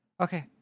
Okay